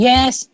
Yes